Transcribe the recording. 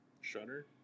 Shutter